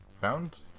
found